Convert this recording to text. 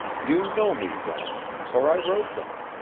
you know me, then for i wrote them